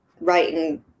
writing